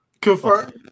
Confirm